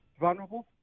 vulnerable